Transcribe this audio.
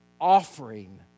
offering